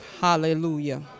Hallelujah